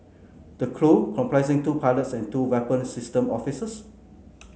the crew comprising two pilots and two weapon system officers